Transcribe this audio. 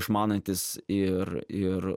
išmanantis ir ir